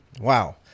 Wow